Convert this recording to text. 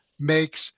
makes